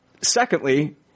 secondly